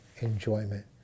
enjoyment